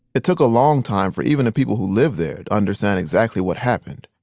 it took a long time for even the people who lived there to understand exactly what happened.